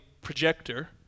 projector